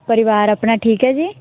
ਪਰਿਵਾਰ ਆਪਣਾ ਠੀਕ ਹੈ ਜੀ